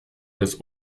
des